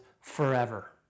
forever